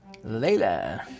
Later